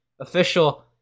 official